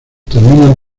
terminan